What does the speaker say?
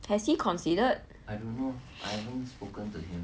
has he considered